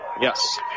Yes